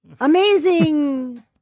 amazing